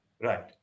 Right